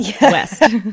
west